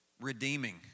Redeeming